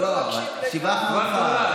לא, לא, סיבכנו אותך.